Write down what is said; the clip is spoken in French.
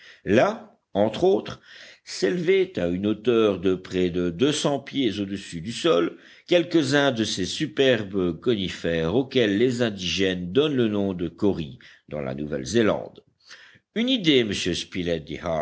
là entre autres s'élevaient à une hauteur de près de deux cents pieds au-dessus du sol quelques-uns de ces superbes conifères auxquels les indigènes donnent le nom de kauris dans la nouvelle zélande une idée monsieur